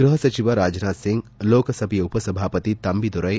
ಗ್ಯಹಸಚಿವ ರಾಜನಾಥ್ ಸಿಂಗ್ ಲೋಕಸಭೆಯ ಉಪಸಭಾಪತಿ ತಂಬಿ ದೊರ್ಲೆ